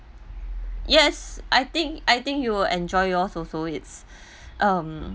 yes I think I think you will enjoy yours also it's um